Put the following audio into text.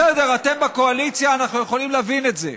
בסדר, אתם בקואליציה, אנחנו יכולים להבין את זה.